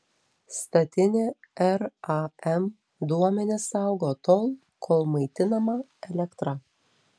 statinė ram duomenis saugo tol kol maitinama elektra